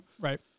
Right